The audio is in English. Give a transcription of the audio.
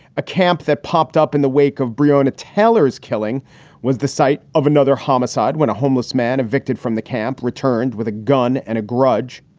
a camp that popped up in the wake of breonia taylor's killing was the site of another homicide when a homeless man evicted from the camp returned with a gun and a grudge.